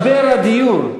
משבר הדיור,